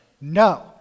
no